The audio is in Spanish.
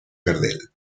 gardel